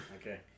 okay